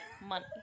money